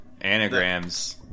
Anagrams